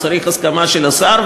הוא צריך את ההסכמה של השר,